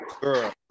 girl